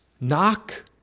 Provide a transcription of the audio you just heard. Knock